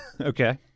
Okay